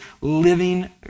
living